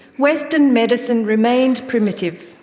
western medicine remained primitive,